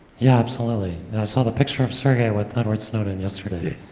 yeah, absolutely. i saw the picture of sergey with edward snowden yesterday.